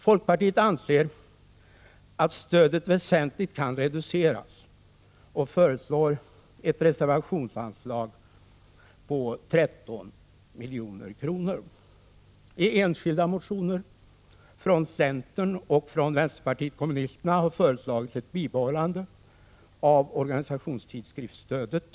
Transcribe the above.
Folkpartiet anser att stödet väsentligen kan reduceras och föreslår ett reservationsanslag på 13 milj.kr. I motioner från centern och vänsterpartiet kommunisterna har föreslagits ett bibehållande av organisationstidskriftsstödet.